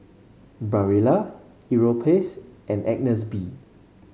Barilla Europace and Agnes B